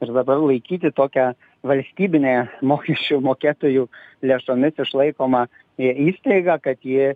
ir dabar laikyti tokią valstybinę mokesčių mokėtojų lėšomis išlaikomą ir įstaigą kad ji